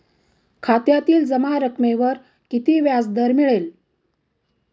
खात्यातील जमा रकमेवर किती व्याजदर मिळेल?